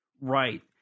right